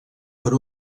per